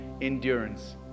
endurance